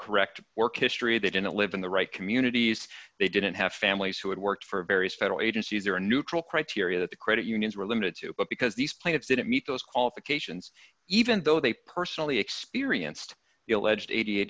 correct work history of that in a live in the right communities they didn't have families who had worked for various federal agencies or neutral criteria that the credit unions were limited to because these plaintiffs didn't meet those qualifications even though they personally experienced the alleged eighty